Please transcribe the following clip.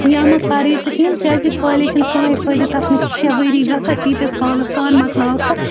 یا مہَ پَرٕے ژٕ کِہِیٖنۍ کیازکہِ کالج چھُ نہٕ کٕہٕنۍ فٲیدٕ تَتھ مَنٛز چھِ شیٚے ؤری گَژھان تیٖتِس کالَس کَر مۄکلاوَکھ ژٕ